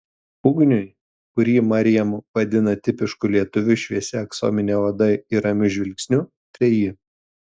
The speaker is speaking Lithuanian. ugniui kurį mariam vadina tipišku lietuviu šviesia aksomine oda ir ramiu žvilgsniu treji